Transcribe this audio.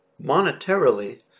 monetarily